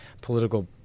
political